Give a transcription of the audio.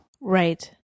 Right